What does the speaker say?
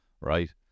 right